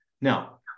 now